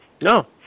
No